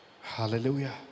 Hallelujah